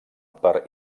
per